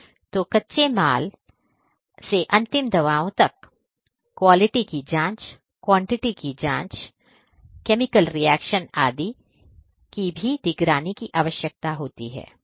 तो कच्चे माल से अंतिम दवाओं तक क्वालिटी की जांच क्वांटिटी की जांच मात्रा केमिकल रिएक्शन आदि की भी निगरानी की आवश्यकता होती है